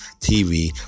TV